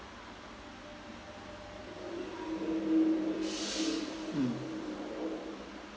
mm